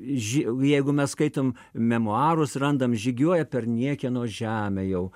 ži jeigu mes skaitom memuarus randam žygiuoja per niekieno žemę jau